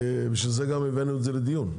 לכן גם הבאנו את זה לדיון.